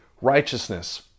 righteousness